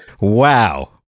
Wow